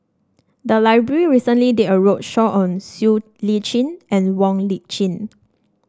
the library recently did a roadshow on Siow Lee Chin and Wong Lip Chin